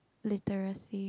literacy